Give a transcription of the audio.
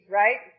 right